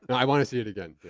and i want to see it again.